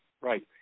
Right